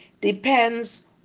depends